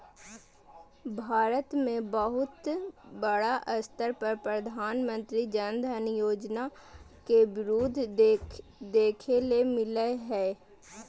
भारत मे बहुत बड़ा स्तर पर प्रधानमंत्री जन धन योजना के विरोध देखे ले मिललय हें